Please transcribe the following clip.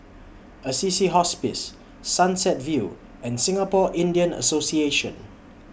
Assisi Hospice Sunset View and Singapore Indian Association